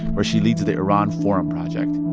where she leads the iran forum project.